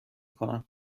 کنم